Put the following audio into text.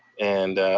and,